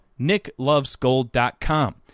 nicklovesgold.com